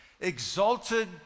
Exalted